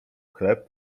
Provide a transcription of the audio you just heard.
chleb